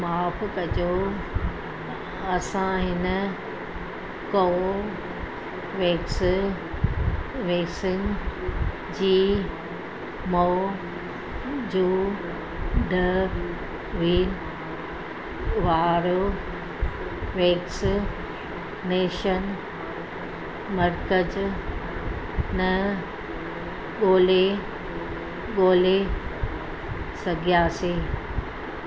माफ़ु कजो असां हिन को वैक्स वैसिन जी मौजूदु हुई वारो वैक्सनेशन मर्कज़ु न ॻोल्हे ॻोल्हे सघियासीं